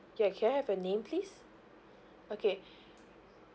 ya can I have your name please okay